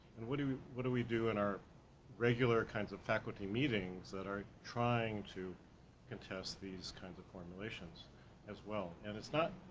and what do what do we do in our regular kinds of faculty meetings that are trying to contest these kinds of formulations as well. and it's not,